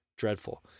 dreadful